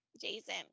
Jason